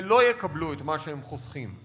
ולא יקבלו את מה שהם חוסכים.